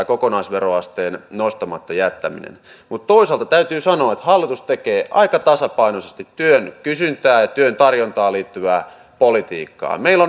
kokonaisveroasteen nostamatta jättäminen on aivan perusteltu mutta toisaalta täytyy sanoa että hallitus tekee aika tasapainoisesti työn kysyntään ja työn tarjontaan liittyvää politiikkaa meillä